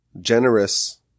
generous